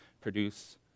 produce